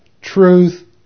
truth